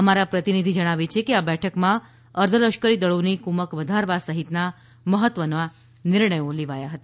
અમારા પ્રતિનિધી જણાવે છે કે આ બેઠકમાં અર્ધલશ્કરી દળોની કુમક વધારવા સહિતનાં મહત્વનાં નિર્ણયો લેવાયા છે